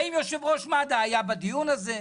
האם יושב-ראש מד"א היה בדיון הזה?